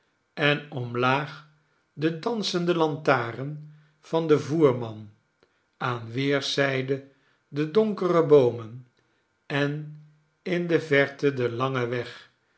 en omlaag de dansende lantaarn van den voerman aan weerszijde de donkere boomen en in de verte den langen weg